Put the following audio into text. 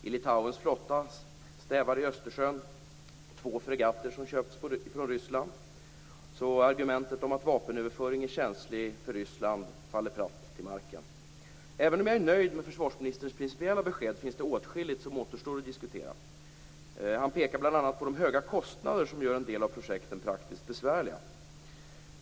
I Litauens flotta stävar i Östersjön två fregatter som köpts från Ryssland. Argumentet om att vapenöverföring är känslig för Ryssland faller alltså platt till marken. Även om jag är nöjd med försvarsministerns principiella besked finns det åtskilligt som återstår att diskutera. Han pekar bl.a. på de höga kostnader som gör en del av projekten praktiskt besvärliga.